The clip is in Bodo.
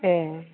ए